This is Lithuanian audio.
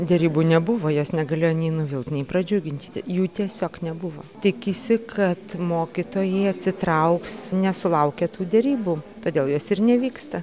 derybų nebuvo jos negalėjo nei nuvilt nei pradžiugint jų tiesiog nebuvo tikisi kad mokytojai atsitrauks nesulaukę tų derybų todėl jos ir nevyksta